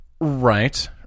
Right